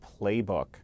playbook